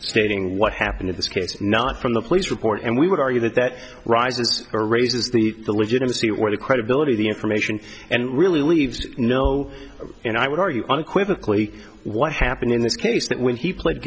stating what happened in this case not from the police report and we would argue that that rises or raises the legitimacy where the credibility of the information and really leaves no and i would argue one quickly what happened in this case that when he pled